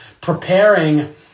preparing